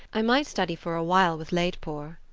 i might study for a while with laidpore.